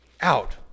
out